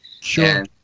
Sure